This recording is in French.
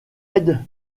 aide